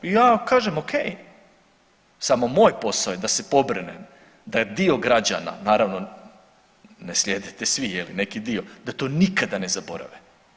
I ja vam kažem ok, samo moj posao je da se pobrinem da je dio građana naravno ne slijedite svi je li neki dio, da to nikada ne zaborave.